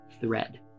thread